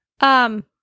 Um-